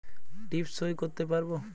টিপ সই করতে পারবো?